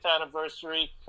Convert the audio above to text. anniversary